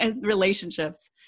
relationships